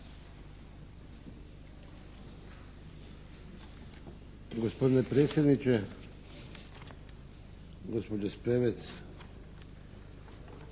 Hvala vam